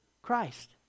Christ